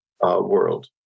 world